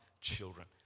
children